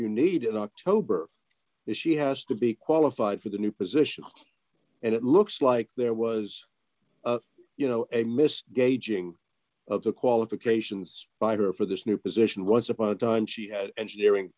you need in october is she has to be qualified for the new position and it looks like there was you know a missed gaging of the qualifications by her for this new position once upon a time she had engineering